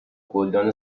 گلدان